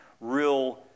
real